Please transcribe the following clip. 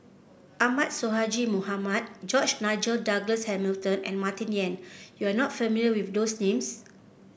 Ahmad Sonhadji Mohamad George Nigel Douglas Hamilton and Martin Yan You are not familiar with those names